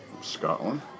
Scotland